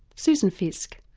susan fiske.